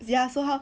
ya so how